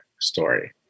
story